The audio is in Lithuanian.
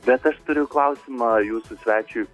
bet aš turiu klausimą jūsų svečiui